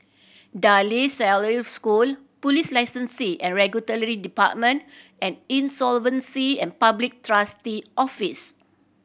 De La Salle School Police Licensing and Regulatory Department and Insolvency and Public Trustee Office